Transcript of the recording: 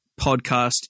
podcast